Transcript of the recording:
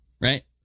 right